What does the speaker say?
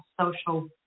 social